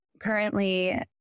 currently